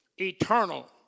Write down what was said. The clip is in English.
eternal